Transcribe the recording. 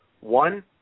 One